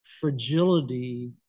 fragility